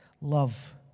love